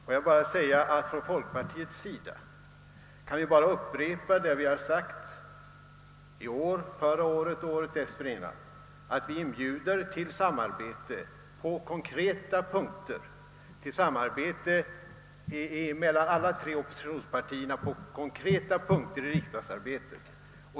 Får jag bara säga att från folkpartiets sida kan vi endast upprepa det vi har sagt i år, förra året och året dessförinnan, att vi inbjuder till samarbete mellan alla tre oppositionspartierna på konkreta punkter i riksdagsarbetet.